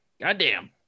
Goddamn